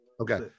okay